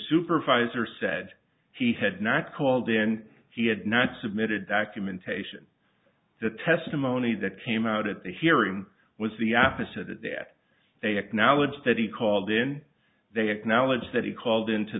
supervisor said he had not called and he had not submitted documentation the testimony that came out at the hearing was the opposite of that they acknowledge that he called in they acknowledge that he called into